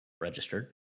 registered